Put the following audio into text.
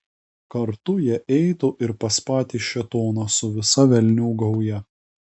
kartu jie eitų ir pas patį šėtoną su visa velnių gauja